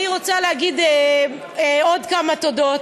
אני רוצה להגיד עוד כמה תודות,